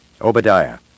Obadiah